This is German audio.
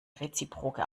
reziproke